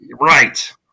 Right